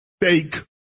fake